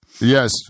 Yes